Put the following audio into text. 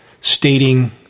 stating